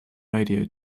radio